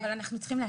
אבל אנחנו צריכים,